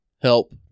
help